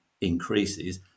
increases